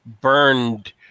burned